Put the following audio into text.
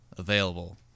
Available